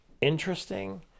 interesting